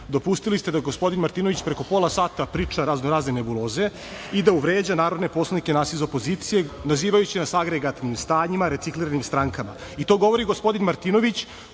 Dopustili ste da gospodin Martinović preko pola sata priča razno, razne nebuloze i da vređa narodne poslanike nas iz opozicije nazivajući nas agregatnim stanjima, recikliranim strankama. I to govori gospodin Martinović